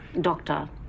Doctor